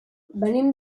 venim